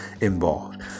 involved